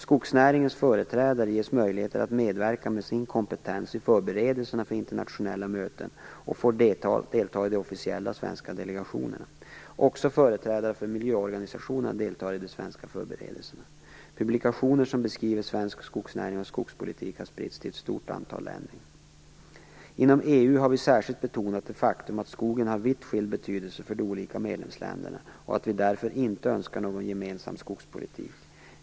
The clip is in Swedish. Skogsnäringens företrädare ges möjligheter att medverka med sin kompetens i förberedelserna för internationella möten och får delta i de officiella svenska delegationerna. Också företrädare för miljöorganisationerna deltar i de svenska förberedelserna. Publikationer som beskriver svensk skogsnäring och skogspolitik har spritts till ett stort antal länder. Inom EU har vi särskilt betonat det faktum att skogen har vitt skild betydelse för de olika medlemsländerna och att vi därför inte önskar någon gemensam skogspolitik.